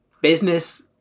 business